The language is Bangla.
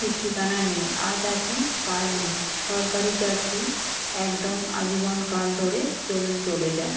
ঠিক ঠিকানা নেই আজ আছে কাল নেই সরকারি চাকরি একদম আজীবন কাল ধরে চলে যায়